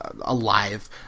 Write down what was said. alive